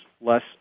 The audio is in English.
less